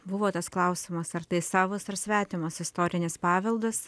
buvo tas klausimas ar tai savas ar svetimas istorinis paveldas